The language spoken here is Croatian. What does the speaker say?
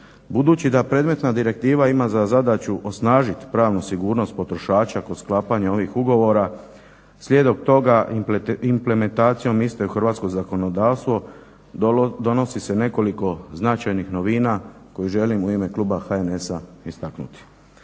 Budući da predmetna direktiva ima za zadaću osnažiti pravnu sigurnost potrošača kod sklapanja ovih ugovora. Slijedom toga, implementacijom iste u hrvatsko zakonodavstvo donosi se nekoliko značajnih novina koje želim u ime kluba HNS-a istaknuti.